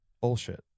bullshit